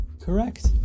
Correct